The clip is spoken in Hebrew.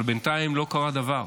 אבל בינתיים לא קרה דבר.